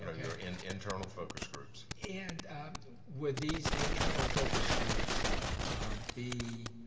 and your and internal focus groups. and would these internal focus groups be